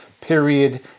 period